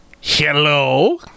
Hello